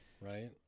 right